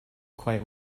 quite